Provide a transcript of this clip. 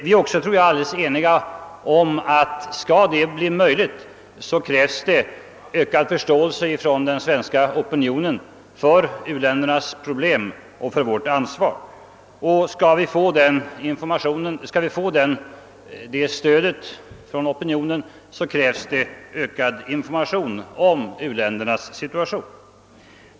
Vi är också, tror jag, helt eniga om att skall detta bli möjligt, så krävs det ökad förståelse från den svenska opinionen för u-ländernas problem och för vårt ansvar. Och om vi skall få det stödet från opinionen krävs det i sin tur ökad information om u-ländernas situation.